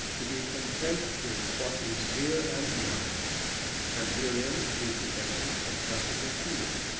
to be content with what is here and now and herein is the essence of classical feeling.